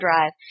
drive